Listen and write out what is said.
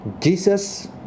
Jesus